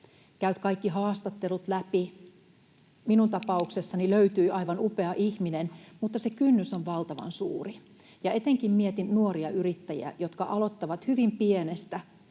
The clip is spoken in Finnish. käyt kaikki haastattelut läpi. Minun tapauksessani löytyi aivan upea ihminen, mutta se kynnys on valtavan suuri. Etenkin mietin nuoria yrittäjiä, jotka aloittavat hyvin pienestä